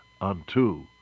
unto